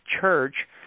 church